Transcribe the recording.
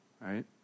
right